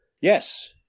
Yes